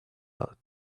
lot